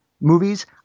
movies